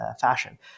fashion